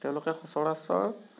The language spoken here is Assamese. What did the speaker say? তেওঁলোকে সচৰাচৰ